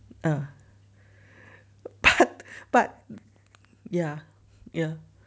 ah but but ya ya ya